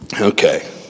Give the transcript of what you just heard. Okay